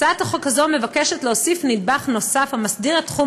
הצעת החוק הזו מבקשת להוסיף נדבך נוסף המסדיר את תחום